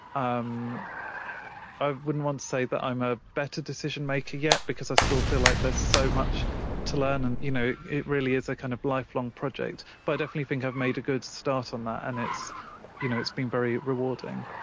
um i wouldn't want to say that i'm a better decision-maker yet because i still feel like there's so much to learn and you know it really is a kind of lifelong project, but i definitely think i've made a good start on that and it's you know it's been very rewarding.